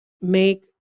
make